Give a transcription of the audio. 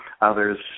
others